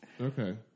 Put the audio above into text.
Okay